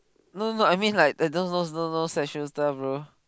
no no no I mean like no no no sexual stuff bro